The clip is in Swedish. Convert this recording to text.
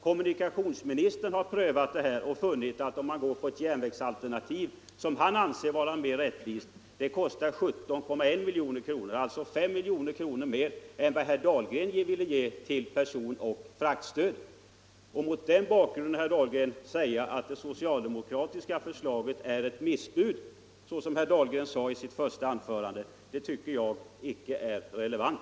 Kommunikationsministern har funnit att järnvägsalternativet, som han anser mer rättvist, kostar 17,1 miljoner kronor, alltså 5 miljoner kronor mer än vad herr Dahlgren vill ge till personoch fraktstöd. Att mot den bakgrunden säga att det socialdemokratiska förslaget är ett ”missbud” tycker jag inte är relevant.